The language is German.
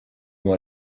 nur